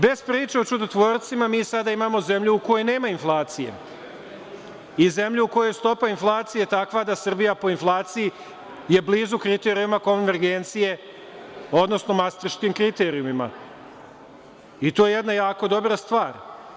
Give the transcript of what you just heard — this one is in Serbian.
Bez priče o čudotvorcima, mi sada imamo zemlju u kojoj nema inflacije i zemlja u kojoj je stopa inflacije takva da je Srbija po inflaciji blizu kriterijuma konvergencije odnosno masterskim kriterijumima i to je jedna jako dobra stvar.